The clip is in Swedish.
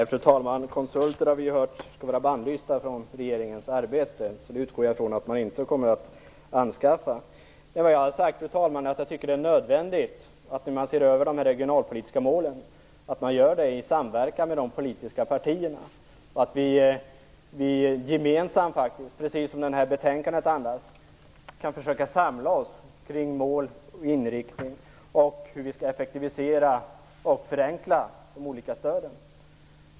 Fru talman! Vi har hört att konsulter skall vara bannlysta från regeringens arbete, så några sådana utgår jag ifrån att man inte kommer att anskaffa. Vad jag har sagt, fru talman, är att jag tycker att det är nödvändigt att man, när man ser över de regionalpolitiska målen, gör det i samverkan med de politiska partierna och att vi gemensamt, precis som i betänkandet, kan samla oss kring mål och inriktning och kring hur vi skall effektivisera och förenkla de olika stöden.